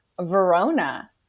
Verona